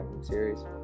series